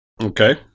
Okay